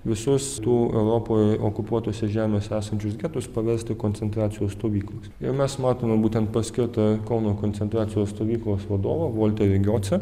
visus tų europoj okupuotose žemėse esančius getus paverst į koncentracijos stovyklas ir mes matome būtent paskirtą kauno koncentracijos stovyklos vadovą volterį giocę